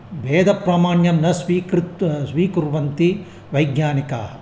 भेदप्रामाण्यं न स्वीकृत् स्वीकुर्वन्ति वैज्ञानिकाः